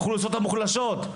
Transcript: באוכלוסיות המוחלשות.